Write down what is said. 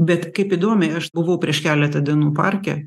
bet kaip įdomiai aš buvau prieš keletą dienų parke